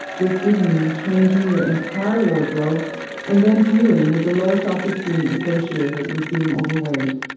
this would mean changing your entire wardrobe and then dealing with the low self-esteem associated with being overweight.